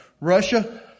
Russia